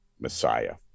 Messiah